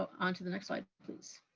onto the next slide, please.